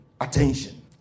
attention